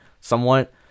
somewhat